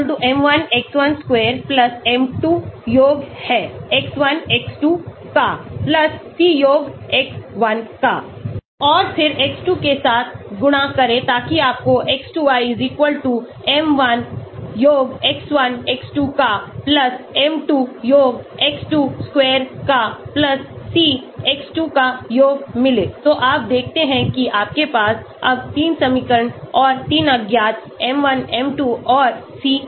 y m1x1 m2x2 c Σ y m 1S x1 m 2S x2 n c Σ x1y m 1S x 2 m 2S x1x2 c S x1 Σ x2y m1 S x1x2 m 2S x 2 c S x2 और फिर x2 के साथ गुणा करें ताकि आपको x2y m1 योग x1x2 का m2 योग x2 square का cx2 का योग मिले तो आप देखते हैं कि आपके पास अब 3 समीकरण और 3 अज्ञात m1 m2 और c हैं